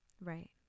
right